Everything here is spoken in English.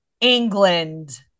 England